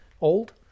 old